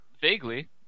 Vaguely